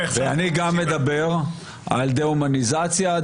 ואני גם אדבר על דה-הומניזציה,